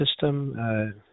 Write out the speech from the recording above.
system